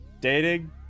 dating